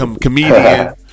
Comedian